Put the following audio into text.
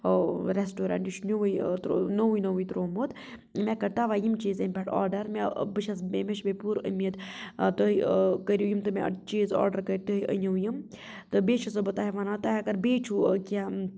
ٲں ریٚسٹورَنٛٹ چھِ نِوُے یہِ چھِ نوُے نوُے تُرومُت مےٚ کٔرۍ تَوَے یِم چِیٖز امہِ پؠٹھ آرڈَر مےٚ بہٕ چھس مےٚ چھِ یٚیہِ پوٗرٕ اُمِیٖد آ تُہۍ کٔرِو یِم تہِ مےٚ چِیٖز آرڈَر کٔرۍ تُہۍ أنِیو یِم تہٕ بیٚیہِ چھسو بہٕ تۄہہِ وَنان تۄہہِ اَگر بیٚیہِ چھُو کِیٚنٛہہ